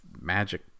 magic